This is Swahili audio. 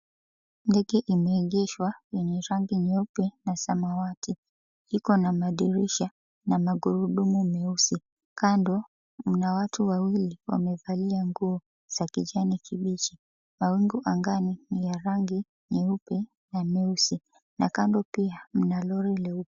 Ndege imeegeshwa yenye rangi nyeupe na samawati. Iko na madirisha na magurudumu meusi. Kando mna watu wawili wamevalia nguo za kijani kibichi. Mawingu angani ni ya rangi nyeupe na nyeusi na kando pia mna lori leupe.